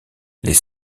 les